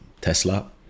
Tesla